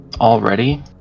Already